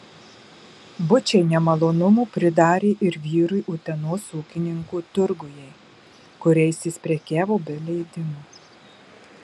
bučiai nemalonumų pridarė ir vyrui utenos ūkininkų turguje kuriais jis prekiavo be leidimo